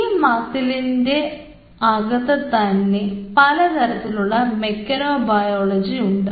ഈ മസിലിൻറെ അകത്ത് തന്നെ പലതരത്തിലുള്ള മെനക്കനോബയോളജി ഉണ്ട്